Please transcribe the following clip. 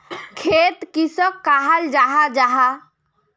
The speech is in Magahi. खेत किसोक कहाल जाहा जाहा?